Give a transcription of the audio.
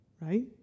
right